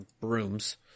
brooms